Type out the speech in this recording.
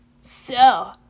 So